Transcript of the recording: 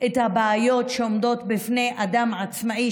את הבעיות שעומדות בפני אדם עצמאי,